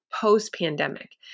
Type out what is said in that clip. post-pandemic